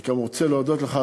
אני גם רוצה להודות לך,